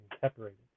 separated